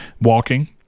walking